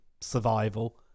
survival